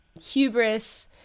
hubris